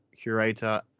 curator